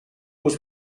was